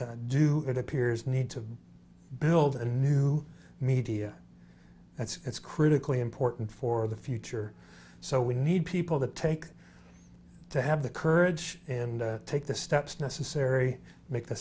do it appears need to build a new media that's critically important for the future so we need people to take to have the courage and take the steps necessary to make the